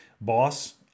boss